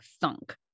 thunk